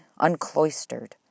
uncloistered